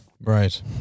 Right